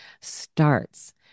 starts